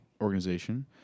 organization